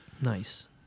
Nice